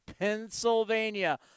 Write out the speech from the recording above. Pennsylvania